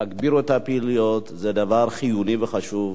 תגבירו את הפעילויות, זה דבר חיוני וחשוב.